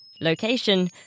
Location